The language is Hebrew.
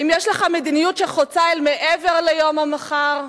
האם יש לך מדיניות שחוצה אל מעבר ליום המחר,